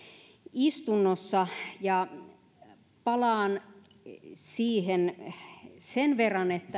istunnossa palaan siihen sen verran että